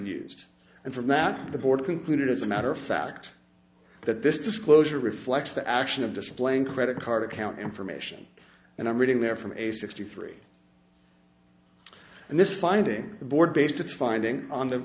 used and from that the board concluded as a matter of fact that this disclosure reflects the action of displaying credit card account information and i'm reading there from a sixty three and this finding board based its finding on the